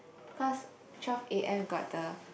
cause twelve a_m got the